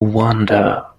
wonder